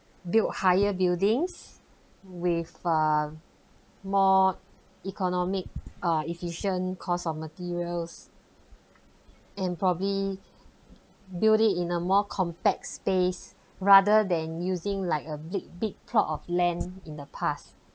built higher buildings with uh more economic uh efficient cost of materials and probably build it in a more compact space rather than using like a big big plot of land in the past